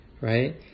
right